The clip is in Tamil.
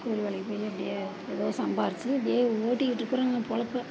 கூலி வேலைக்கு போய் அப்படியே ஏதோ சம்பாரிச்சு இப்படியே ஓட்டிட்டுருக்கிறோங்க பொழைப்ப